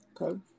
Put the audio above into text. Okay